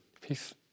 Peace